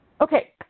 Okay